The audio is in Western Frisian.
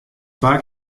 twa